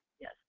Yes